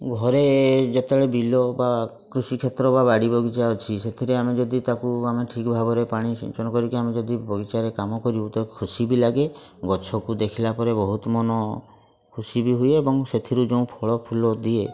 ଘରେ ଯେତେବେଳେ ବିଲ ବା କୃଷିକ୍ଷେତ୍ର ବା ବାଡ଼ି ବଗିଚା ଅଛି ସେଥିରେ ଆମେ ଯଦି ତାକୁ ଆମେ ଠିକ୍ ଭାବରେ ପାଣି ସିଞ୍ଚନ କରିକି ଆମେ ଯଦି ବଗିଚାରେ କାମ କରିବୁ ତ ଖୁସି ବି ଲାଗେ ଗଛକୁ ଦେଖିଲା ପରେ ବହୁତ ମନ ଖୁସି ବି ହୁଏ ଏବଂ ସେଥିରୁ ଯେଉଁ ଫଳ ଫୁଲ ଦିଏ